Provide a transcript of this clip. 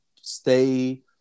stay